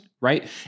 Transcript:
right